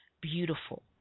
beautiful